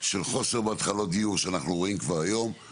של חוסר בהתחלות דיור שאנחנו רואים כבר היום,